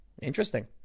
Interesting